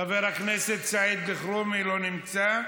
חבר הכנסת סעיד אלחרומי, לא נמצא,